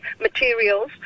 materials